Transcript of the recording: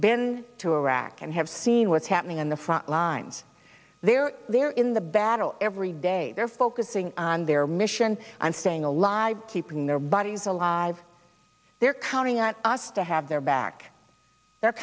been to iraq and have seen what's happening on the front lines there there in the battle every day they're focusing on their mission i'm staying alive keeping their buddies alive they're counting on us to have their back they're